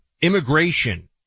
Immigration